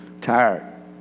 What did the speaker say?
Tired